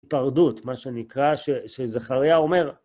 פרדות, מה שנקרא, שזכריה אומר...